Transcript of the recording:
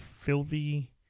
filthy